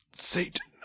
satan